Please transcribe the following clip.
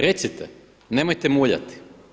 Recite, nemojte muljati.